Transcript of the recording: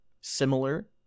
similar